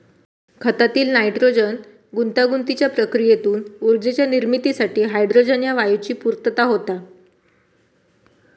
खतातील नायट्रोजन गुंतागुंतीच्या प्रक्रियेतून ऊर्जेच्या निर्मितीसाठी हायड्रोजन ह्या वायूची पूर्तता होता